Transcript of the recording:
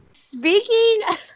Speaking